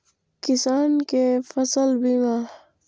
किसान कै फसल बीमा?